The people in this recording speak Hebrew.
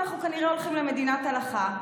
אנחנו כנראה הולכים למדינת הלכה,